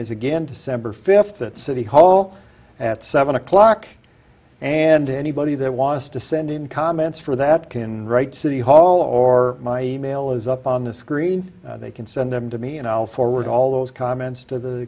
is again december fifth at city hall at seven o'clock and anybody that wants to send in comments for that can write city hall or my e mail is up on the screen they can send them to me and i'll forward all those comments to the